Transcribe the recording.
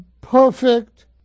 perfect